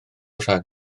rhag